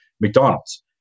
McDonald's